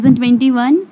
2021